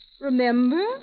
Remember